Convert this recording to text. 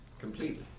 Completely